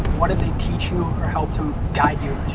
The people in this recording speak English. what did they teach you or help to um guide you